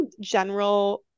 general